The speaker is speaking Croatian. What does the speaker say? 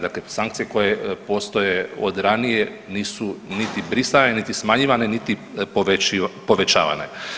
Dakle, sankcije koje postoje od ranije nisu niti brisane, niti smanjivane, niti povećavane.